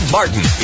Martin